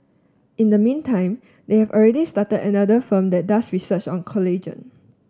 in the meantime they have already started another firm that does research on collagen